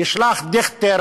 ישלחו דיכטר